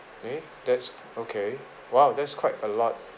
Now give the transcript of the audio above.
eh that's okay !wow! that's quite a lot